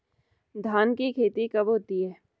धान की खेती कब होती है?